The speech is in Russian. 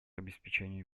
обеспечению